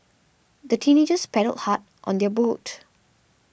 the teenagers paddled hard on their boat